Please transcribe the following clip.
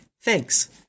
thanks